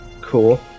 Cool